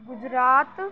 Gujarat